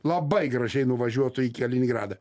labai gražiai nuvažiuotų į kaliningradą